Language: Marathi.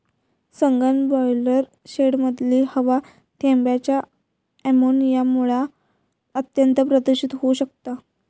सघन ब्रॉयलर शेडमधली हवा थेंबांच्या अमोनियामुळा अत्यंत प्रदुषित होउ शकता